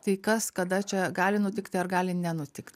tai kas kada čia gali nutikti ar gali nenutikti